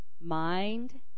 mind